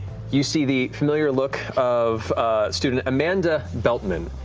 you see the familiar look of student amanda beltman,